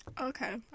Okay